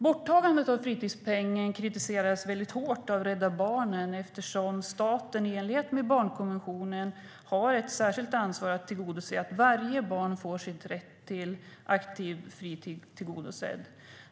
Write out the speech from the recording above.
Borttagandet av fritidspengen kriserades hårt av Rädda Barnen eftersom staten i enlighet med barnkonventionen har ett särskilt ansvar för att tillgodose att varje barn får sin rätt till aktiv fritid tillgodosedd.